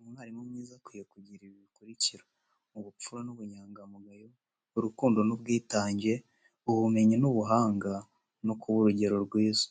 umwarimu mwiza akwiye kugira ibi bikurikira: ubupfura n’ubunyangamugayo, urukundo n’ubwitange, ubumenyi n’ubuhanga no kuba urugero rwiza.